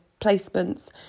placements